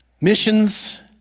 Missions